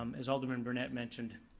um as alderman brunette mentioned,